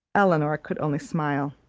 elinor could only smile.